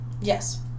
Yes